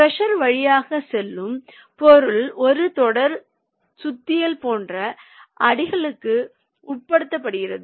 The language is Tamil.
க்ரஷர் வழியாக செல்லும் பொருள் ஒரு தொடர் சுத்தியல் போன்ற அடிகளுக்கு உட்படுத்தப்படுகிறது